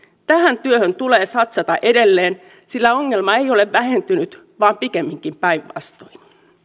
tähän työhön tulee satsata edelleen sillä ongelma ei ole vähentynyt vaan pikemminkin päinvastoin